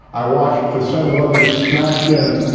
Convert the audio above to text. i watched for seven eleven get smashed in,